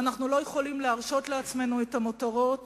אנחנו לא יכולים להרשות לעצמנו את המותרות